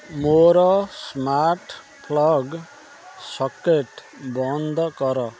ମୋର smart plug socket ବନ୍ଦ କର